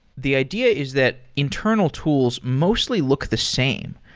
the idea is that internal tools mostly look the same.